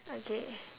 okay